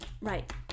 right